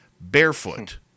barefoot